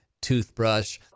toothbrush